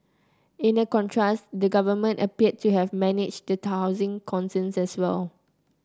in the contrast the government appeared to have managed the housing concerns well